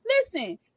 Listen